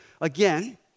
again